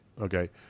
Okay